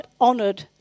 honoured